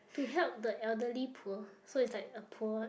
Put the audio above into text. to help the elderly poor so it's like a poor